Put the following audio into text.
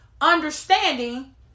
understanding